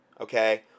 Okay